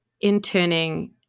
interning